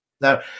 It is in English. Now